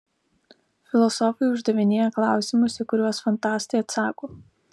filosofai uždavinėja klausimus į kuriuos fantastai atsako